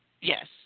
yes